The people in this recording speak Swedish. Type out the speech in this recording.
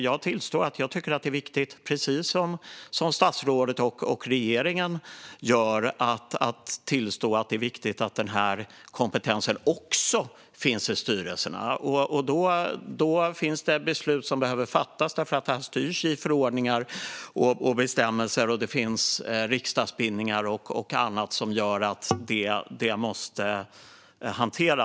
Jag tillstår att jag, precis som statsrådet och regeringen, tycker att det är viktigt att även denna kompetens finns i styrelserna, och då behöver beslut fattas. Detta styrs nämligen i förordningar och bestämmelser, och det finns riksdagsbindningar och annat som gör att det måste hanteras.